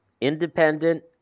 independent